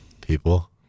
People